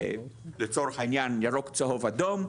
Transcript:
לצורך העניין ירוק צהוב אדום,